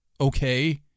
Okay